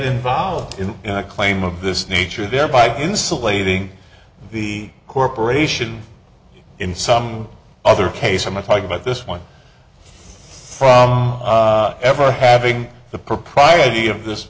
involved in a claim of this nature there by insulating the corporation in some other case i'm not talking about this one from ever having the propriety of this